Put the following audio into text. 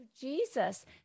Jesus